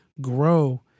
grow